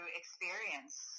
experience